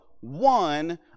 one